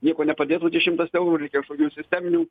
nieko nepadėtų tie šimtas eurų reikia kažkokių sisteminių